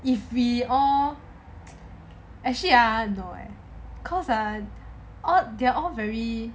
if we all actually ah no leh because ah they are all very